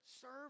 Serve